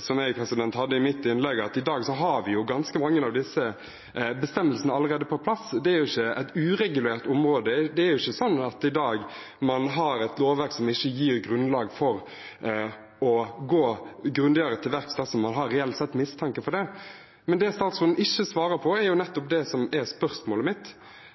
som jeg sa i mitt innlegg, er poenget at vi i dag har ganske mange av disse bestemmelsene på plass allerede. Det er jo ikke et uregulert område. Det er ikke sånn at man i dag har et lovverk som ikke gir grunnlag for å gå grundigere til verks dersom man reelt sett har mistanke. Men det statsråden ikke svarer på, er nettopp det som er spørsmålet mitt.